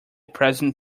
present